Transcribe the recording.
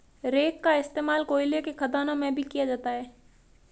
rake का इश्तेमाल कोयले के खदानों में भी किया जाता है